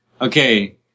okay